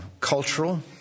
cultural